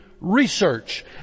research